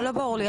לא ברור לי.